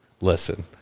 listen